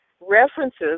references